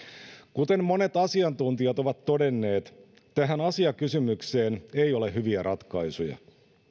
kuten monet asiantuntijat ovat todenneet tähän asiakysymykseen ei ole hyviä ratkaisuja